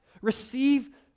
Receive